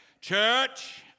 Church